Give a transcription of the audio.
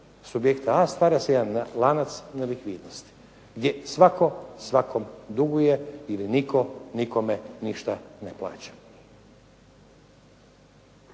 subjekta A stvara se jedan lanac nelikvidnosti gdje svatko svakome duguje ili nitko nikome ništa ne plaća.